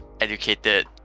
educated